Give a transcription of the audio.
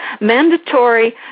Mandatory